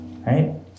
right